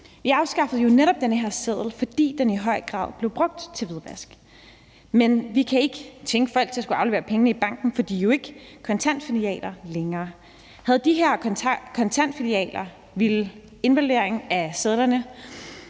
Vi afskaffede jo netop den her seddel, fordi den i høj grad blev brugt til hvidvask. Vi kan ikke tvinge folk til selv skulle aflevere pengene i banken, for de er jo ikke kontantfilialer længere. Hvis de her kontantfilialer ved indlevering af sedlerne